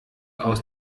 aus